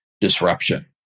disruption